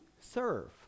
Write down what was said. serve